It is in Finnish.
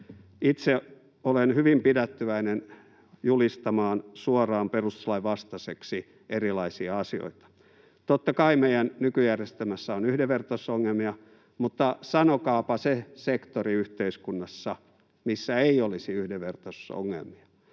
itse olen hyvin pidättyväinen julistamaan suoraan perustuslain vastaiseksi erilaisia asioita. Totta kai meidän nykyjärjestelmässämme on yhdenvertaisuusongelmia, mutta sanokaapa se sektori yhteiskunnassa, missä ei olisi yhdenvertaisuusongelmia.